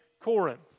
Corinth